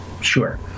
Sure